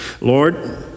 Lord